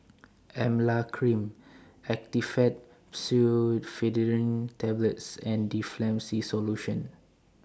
Emla Cream Actifed Pseudoephedrine Tablets and Difflam C Solution